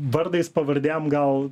vardais pavardėm gal